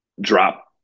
drop